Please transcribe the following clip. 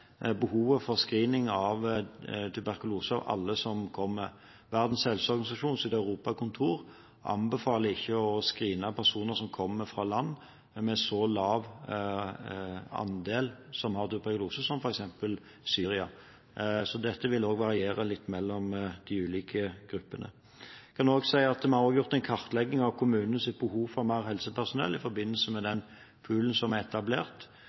behovet for screening av tuberkulose av alle som kommer. Verdens Helseorganisasjons europakontor anbefaler ikke å screene personer som kommer fra land med så lav andel som har tuberkulose som f.eks. Syria. Dette vil variere litt mellom de ulike gruppene. Jeg vil også si at vi har gjort en kartlegging av kommunenes behov for mer helsepersonell i forbindelse med den poolen som er etablert.